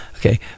Okay